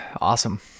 Awesome